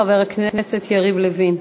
חבר הכנסת יריב לוין.